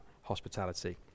hospitality